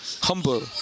humble